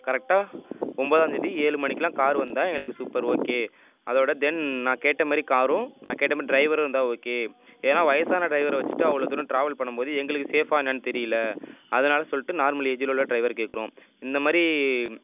கரெக்டாக ஒன்போதாம் தேதி ஏழு மணிக்கெலாம் கார் வந்தால் எங்களுக்கு சூப்பர் ஓகே அதோடு தென் நான் கேட்டமாதிரி காரும் நான் கேட்டமாதிரி டிரைவரும் இருந்தால் ஓகே ஏன்னால் வயசான டிரைவரை வச்சிகிட்டு அவ்வளோ தூரம் ட்ராவல் பண்ணும் போது எங்களுக்கு ஸேஃப்பா என்னன்னு தெரியிலை அதனால சொல்லிட்டு நார்மல் ஏஜில் உள்ள டிரைவர் கேட்குறோம் இந்தமாதிரி